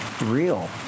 real